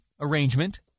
arrangement